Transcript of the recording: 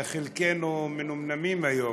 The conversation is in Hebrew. חלקנו מנומנמים היום,